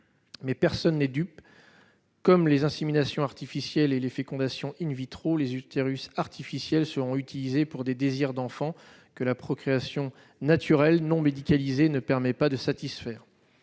Mais personne n'est dupe. [...] Comme les inséminations artificielles et les fécondations, les utérus artificiels seront utilisés pour des " désirs d'enfant " que la procréation naturelle, non médicalisée, ne permet pas de satisfaire.